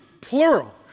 plural